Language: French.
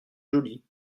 jolie